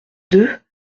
deux